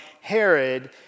Herod